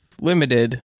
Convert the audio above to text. limited